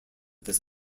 this